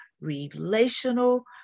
relational